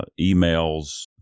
Emails